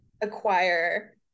acquire